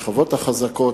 בשכבות החזקות,